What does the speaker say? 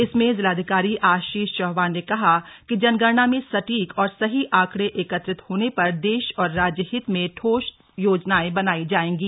इसमें जिलाधिकारी आशीष चौहान ने कहा कि जनगणना में सटीक और सही आकंड़े एकत्रित होने पर देश और राज्य हित में ठोस योजनाएं बनाई जाएंगी